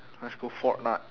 let's go fortnite